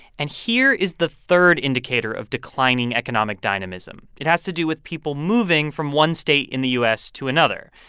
and here is the third indicator of declining economic dynamism. it has to do with people moving from one state in the u s. to another.